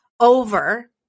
over